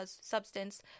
substance